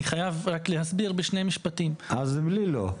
אני חייב רק להסביר בשני משפטים --- אז בלי לא.